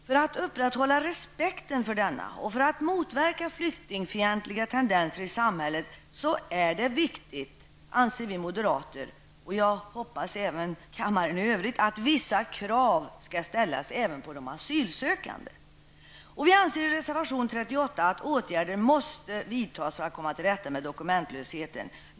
För att upprätthålla respekten för denna och för att motverka flyktingfientliga tendenser i samhället är det viktigt, anser vi moderater och jag hoppas även kammaren i övrigt, att vissa krav ställs på de asylsökande. I reservation 38 anser vi att åtgärder måste vidtas för att komma tillrätta med dokumentlösheten.